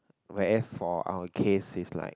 where for our case is like